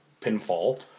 pinfall